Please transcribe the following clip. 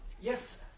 Yes